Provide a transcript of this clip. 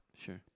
Sure